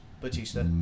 Batista